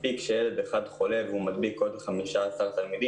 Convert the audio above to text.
קיצוץ שעות פירושו פיטורי מורים וכולי.